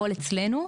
הם אצלנו.